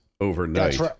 overnight